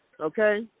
Okay